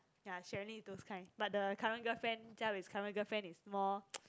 ya Sherilyn is those kind but the current girlfriend jia wei's current girlfriend is more